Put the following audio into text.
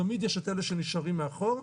תמיד יש כאלה שנשארים מאחור.